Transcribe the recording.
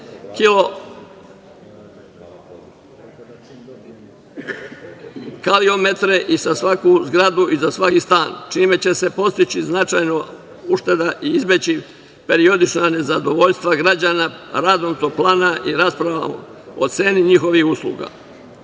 zasebne kaliometre i za svaku zgradu i za svaki stan, čime će se postići značajna ušteda i izbeći periodična nezadovoljstva građana radom toplana i rasprava o ceni njihovih